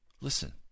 Listen